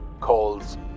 calls